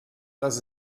das